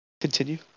Continue